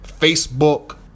Facebook